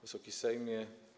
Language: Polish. Wysoki Sejmie!